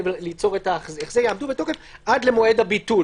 וליצור יעמדו בתוקף עד מועד הביטול.